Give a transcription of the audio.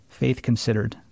FaithConsidered